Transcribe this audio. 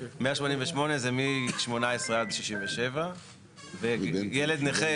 188 זה מ-18 עד 67. ילד נכה,